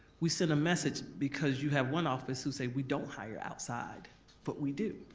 we send a message because you have one office who say we don't hire outside but we do.